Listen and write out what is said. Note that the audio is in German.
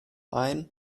ein